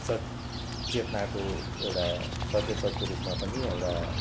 सत् चेतनाको एउटा सचेतकको रूपमा पनि एउटा